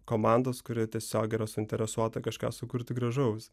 komandos kuri tiesiogiai yra suinteresuota kažką sukurti gražaus